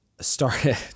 started